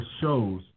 shows